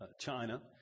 China